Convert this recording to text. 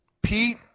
Pete